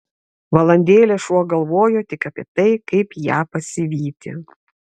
valandėlę šuo galvojo tik apie tai kaip ją pasivyti